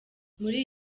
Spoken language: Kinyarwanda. muri